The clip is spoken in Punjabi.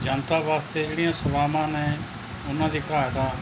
ਜਨਤਾ ਵਾਸਤੇ ਜਿਹੜੀਆਂ ਸੇਵਾਵਾਂ ਨੇ ਉਨ੍ਹਾਂ ਦੀ ਘਾਟ ਆ